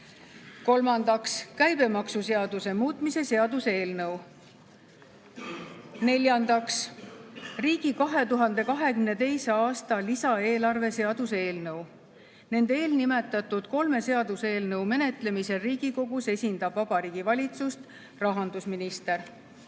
Kolmandaks, käibemaksuseaduse muutmise seaduse eelnõu. Neljandaks, riigi 2022. aasta lisaeelarve seaduse eelnõu. Nende kolme eelnimetatud seaduseelnõu menetlemisel Riigikogus esindab Vabariigi Valitsust rahandusminister.